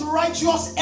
righteous